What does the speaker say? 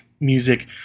music